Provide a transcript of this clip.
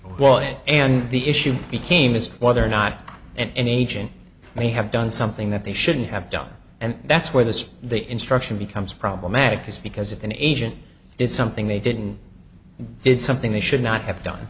warning and the issue became is whether or not and any agent may have done something that they shouldn't have done and that's where this the instruction becomes problematic is because if an agent did something they didn't did something they should not have done